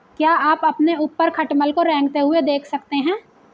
क्या आप अपने ऊपर खटमल को रेंगते हुए देख सकते हैं?